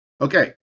Okay